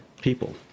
people